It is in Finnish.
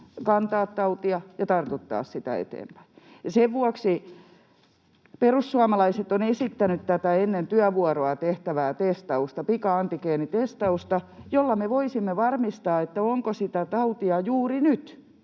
kantaa tautia ja tartuttaa sitä eteenpäin? Sen vuoksi perussuomalaiset ovat esittäneet tätä ennen työvuoroa tehtävää testausta, pika-antigeenitestausta, jolla me voisimme varmistaa, onko sitä tautia juuri nyt